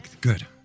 Good